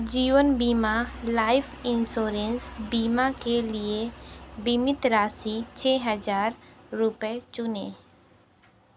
जीवन बीमा life insurance बीमा के लिए बीमित राशि छः हज़ार रुपये चुनें